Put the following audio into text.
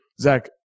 zach